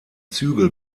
zügel